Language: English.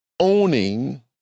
Owning